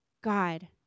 God